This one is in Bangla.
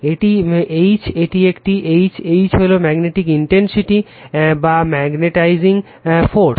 এটি H এটি একটি H H হল ম্যাগনেটিক ইনটেনসিটি বা ম্যাগনেটাইজিং ফোর্স